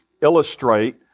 illustrate